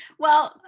well,